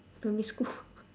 primary school